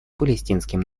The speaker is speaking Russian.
палестинским